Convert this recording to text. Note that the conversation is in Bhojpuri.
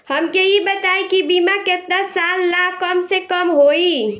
हमके ई बताई कि बीमा केतना साल ला कम से कम होई?